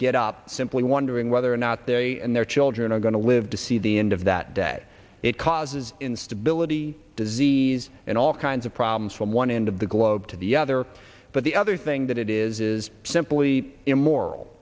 get up simply wondering whether or not they and their children are going to live to see the end of that day it causes instability disease and all kinds of problems from one end of the globe to the other but the other thing that it is is simply immoral